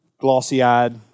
glossy-eyed